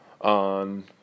on